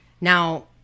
Now